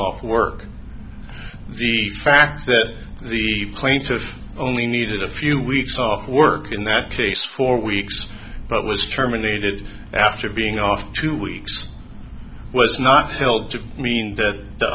off work the fact that the plaintiff only needed a few weeks off work in that case for weeks but was terminated after being off two weeks was not held to mean that the